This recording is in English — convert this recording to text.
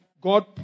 God